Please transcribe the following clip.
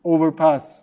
Overpass